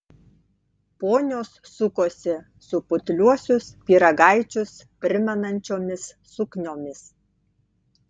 ponios sukosi su putliuosius pyragaičius primenančiomis sukniomis